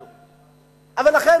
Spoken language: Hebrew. לכן,